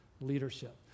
leadership